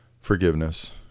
forgiveness